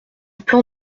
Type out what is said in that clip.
plan